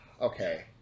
Okay